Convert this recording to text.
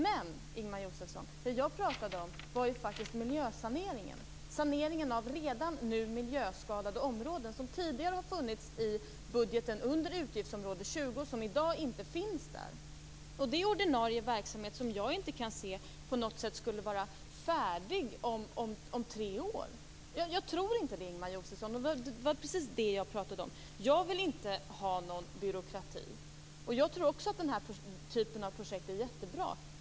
Men, Ingemar Josefsson, det jag pratade om var faktiskt miljösaneringen. Saneringen av redan nu miljöskadade områden som tidigare har funnits i budgeten under utgiftsområde 20 men som i dag inte finns där. Det är ordinarie verksamhet som jag inte kan se skall vara färdig om tre år. Jag tror inte det, Jag vill inte ha någon byråkrati, och jag tror också att den typen av projekt är bra.